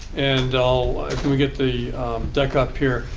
and i'll let me get the deck up here.